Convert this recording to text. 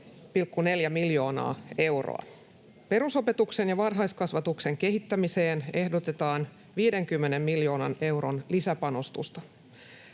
Perusopetuksen ja varhaiskasvatuksen kehittämiseen ehdotetaan 50 miljoonan euron lisäystä